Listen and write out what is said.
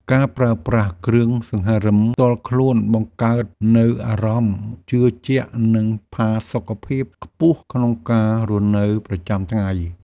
ការប្រើប្រាស់គ្រឿងសង្ហារិមផ្ទាល់ខ្លួនបង្កើតនូវអារម្មណ៍ជឿជាក់និងផាសុកភាពខ្ពស់ក្នុងការរស់នៅប្រចាំថ្ងៃ។